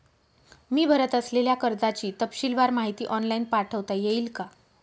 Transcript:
मी भरत असलेल्या कर्जाची तपशीलवार माहिती ऑनलाइन पाठवता येईल का?